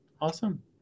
Awesome